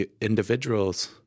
individuals